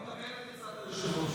אני מקבל את עצת היושב-ראש.